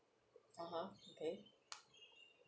(uh huh) okay